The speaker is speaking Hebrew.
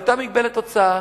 היתה מגבלת הוצאה: